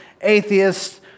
atheists